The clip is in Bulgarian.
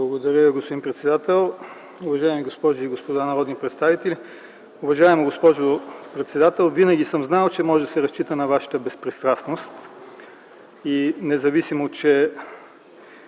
Благодаря, господин председател. Уважаеми госпожи и господа народни представители! Уважаема госпожо председател, винаги съм знаел, че може да се разчита на Вашата безпристрастност. Независимо, че